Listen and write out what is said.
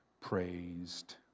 praised